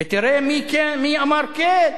ותראה מי אמר כן: